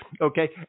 okay